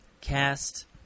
Cast